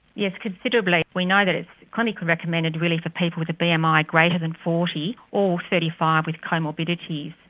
yes, considerably. we know that it's clinically recommended really for people with a bmi um ah greater than forty, or thirty five with co-morbidities.